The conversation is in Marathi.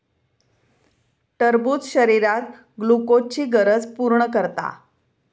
टरबूज शरीरात ग्लुकोजची गरज पूर्ण करता